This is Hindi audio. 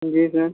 जी सर